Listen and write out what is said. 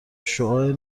شعاع